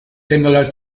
similar